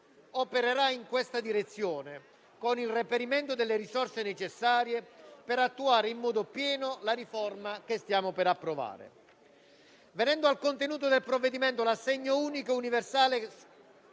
opererà in questa direzione, con il reperimento delle risorse necessarie, per attuare in modo pieno la riforma che stiamo per approvare. Venendo al contenuto del provvedimento, l'assegno unico e universale